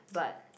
but